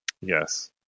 Yes